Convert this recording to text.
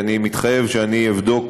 אני מתחייב שאני אבדוק,